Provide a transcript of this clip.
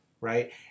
right